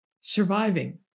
surviving